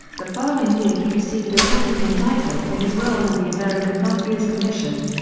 the following year he received a second indictment for his role in the american mafia's commission.